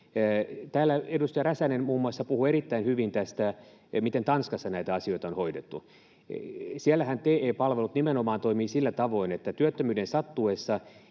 muassa edustaja Räsänen puhui erittäin hyvin siitä, miten Tanskassa näitä asioita on hoidettu. Siellähän TE-palvelut nimenomaan toimivat sillä tavoin, että työttömyyden sattuessa